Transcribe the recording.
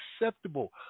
acceptable